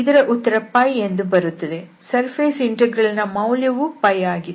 ಇದರ ಉತ್ತರ ಎಂದು ಬರುತ್ತದೆ ಸರ್ಫೇಸ್ ಇಂಟೆಗ್ರಲ್ ನ ಮೌಲ್ಯವೂ ಆಗಿತ್ತು